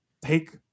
take